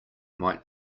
might